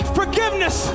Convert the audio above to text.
forgiveness